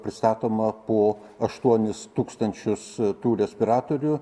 pristatoma po aštuonis tūkstančius tų respiratorių